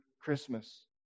Christmas